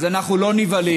אז: אנחנו לא נבהלים.